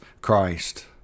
Christ